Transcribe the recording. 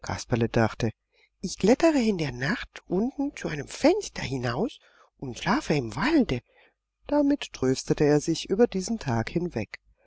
dachte ich klettere in der nacht unten zu einem fenster hinaus und schlafe im walde damit tröstete er sich über diesen tag hinweg